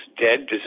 dead